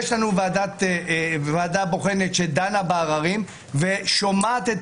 יש לנו ועדה בוחנת שדנה בעררים ושומעת את